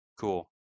cool